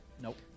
Nope